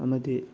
ꯑꯃꯗꯤ